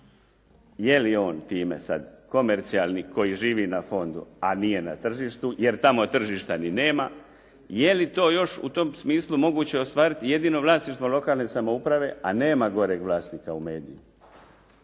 Je li on time sad komercijalni koji živi na fondu a nije na tržištu jer tamo tržišta ni nema. Je li to još u tom smislu moguće ostvariti jedino vlasništvom lokalne samouprave, a nema goreg vlasnika u medijima